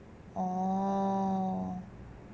orh